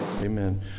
Amen